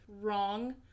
wrong